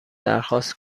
درخواست